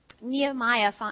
Nehemiah